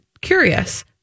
curious